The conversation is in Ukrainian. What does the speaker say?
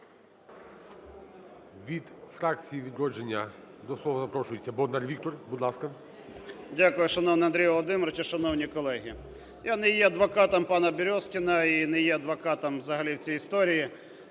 Від фракції "Відродження" до слова запрошується Бондар Віктор. Будь ласка. 11:30:38 БОНДАР В.В. Дякую, шановний Андрій Володимирович. Шановні колеги, я не є адвокатом пана Березкіна і не є адвокатом взагалі в цій історії.